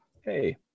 Hey